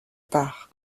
part